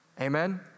Amen